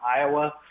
Iowa